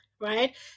right